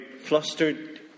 flustered